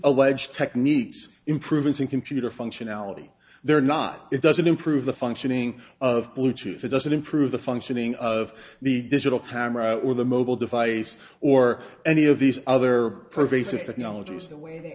alleged techniques improvements in computer functionality they're not it doesn't improve the functioning of bluetooth it doesn't improve the functioning of the digital camera or the mobile device or any of these other pervasive technologies